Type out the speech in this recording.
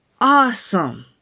awesome